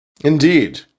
Indeed